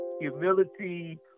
humility